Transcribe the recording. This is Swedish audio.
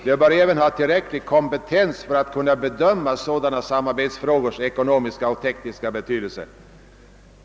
De bör även ha tillräcklig kompetens för att kunna bedöma sådana samarbetsfrågors ekonomiska och tekniska betydelse.